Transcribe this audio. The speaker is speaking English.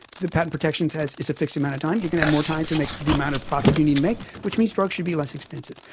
the patent protection says it's a fixed amount of time, you can have more time to make the amount of profit you need to make, which means drugs should be less expensive.